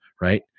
right